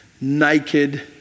naked